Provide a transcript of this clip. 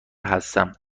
هستم